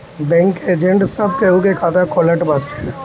bank के agent सब केहू के खाता खोलत बाटे